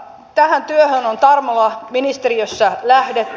tähän työhön on tarmolla ministeriössä lähdetty